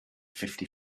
fifty